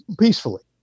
peacefully